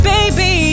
Baby